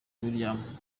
williams